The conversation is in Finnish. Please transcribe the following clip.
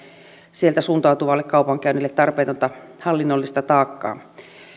sieltä suuntautuvalle kaupankäynnille tarpeetonta hallinnollista taakkaa